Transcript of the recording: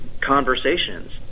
conversations